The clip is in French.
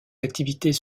activités